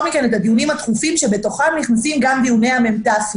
מכן את הדיונים הדחופים שבתוכם נכנסים גם דיוני המ"ת,